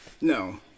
No